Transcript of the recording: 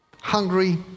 hungry